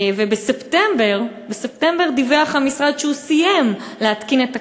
ובספטמבר דיווח המשרד שהוא סיים להתקין את התקנות,